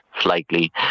slightly